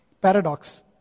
Paradox